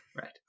right